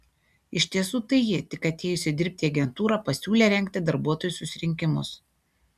iš tiesų tai ji tik atėjusi dirbti į agentūrą pasiūlė rengti darbuotojų susirinkimus